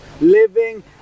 living